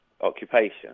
occupation